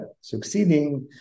succeeding